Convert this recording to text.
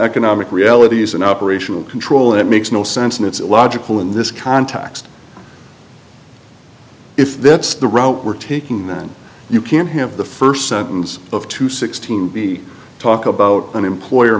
economic realities and operational control that makes no sense and it's illogical in this context if that's the route we're taking then you can have the first sentence of two sixteen b talk about an employer